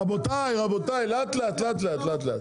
רבותי, לאט-לאט, לאט-לאט.